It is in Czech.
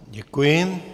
Děkuji.